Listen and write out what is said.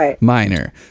minor